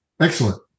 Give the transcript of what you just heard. Excellent